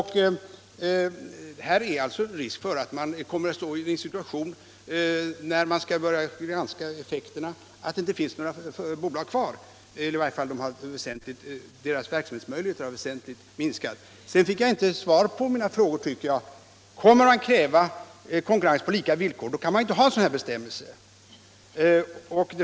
Här är det alltså risk för att när man skall börja granska effekterna finns inte några småbolag kvar, eller i varje fall har deras verksamhetsmöjligheter väsentligt minskat. Sedan tycker jag inte att jag fick svar på mina frågor: 1. Kommer man att kräva konkurrens på lika villkor? Då kan man ju inte ha sådana bestämmelser. 2.